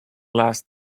last